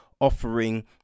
offering